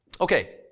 Okay